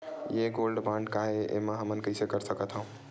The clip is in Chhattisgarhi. ये गोल्ड बांड काय ए एमा हमन कइसे कर सकत हव?